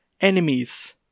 enemies